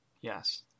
Yes